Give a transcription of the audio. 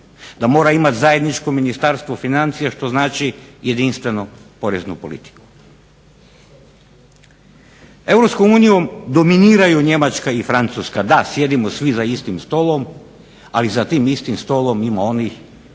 da mora imati zajedničko ministarstvo financija što znači jedinstvenu poreznu politiku. Europskom unijom dominiraju Njemačka i Francuska da, sjedimo svi za istim stolom ali za tim istim stolom ima onih